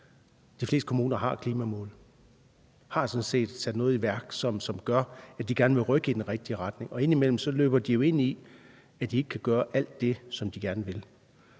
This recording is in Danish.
De fleste kommuner har klimamål, og de har sådan set sat noget i værk, som gør, at de gerne vil rykke i den rigtige retning, og indimellem løber de ind i, at de ikke kan gøre alt det, som de gerne vil.